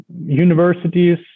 universities